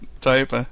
type